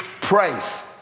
praise